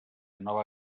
nova